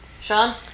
Sean